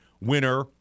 Winner